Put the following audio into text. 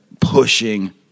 pushing